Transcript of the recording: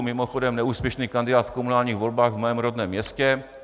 Mimochodem, neúspěšný kandidát v komunálních volbách v mém rodném městě.